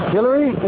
Hillary